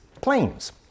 planes